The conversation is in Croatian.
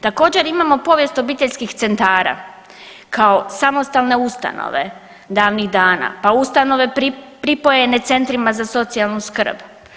Također, imamo povijest obiteljskih centara kao samostalne ustanove davnih dana, pa ustanove pripojene centrima za socijalnu skrb.